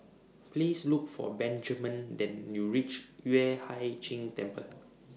Please Look For Benjman Then YOU REACH Yueh Hai Ching Temple